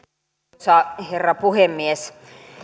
arvoisa herra puhemies